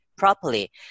Properly